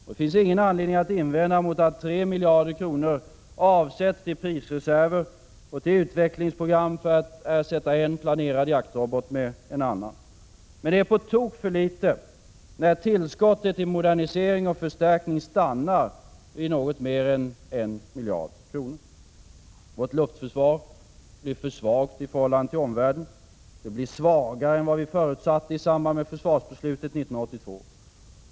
Det finns ingen anledning att invända mot att 3 miljarder kronor avsätts till prisreserver och till utvecklingsprogram för att ersätta en planerad jaktrobot med en annan. Men det är på tok för litet, när tillskottet till modernisering och förstärkning stannar vid något mer än 1 miljard kronor. Vårt luftförsvar blir för svagt i förhållande till omvärlden. Det blir svagare än vad vi förutsatte i samband med försvarsbeslutet 1982.